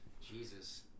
Jesus